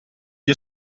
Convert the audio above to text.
gli